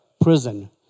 prison